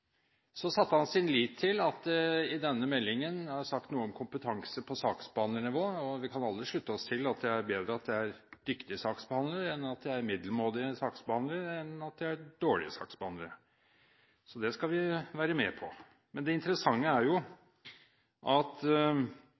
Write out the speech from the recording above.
Så satte han sin lit til at det i denne meldingen er sagt noe om kompetanse på saksbehandlernivå. Vi kan alle slutte oss til at det er bedre at det er dyktige saksbehandlere enn at det er middelmådige saksbehandlere eller dårlige saksbehandlere. Så det skal vi være med på. Men det interessante er jo at